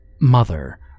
mother